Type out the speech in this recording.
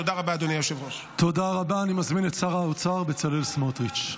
תודה רבה, אדוני היושב-ראש.